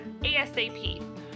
ASAP